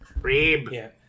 Reeb